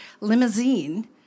limousine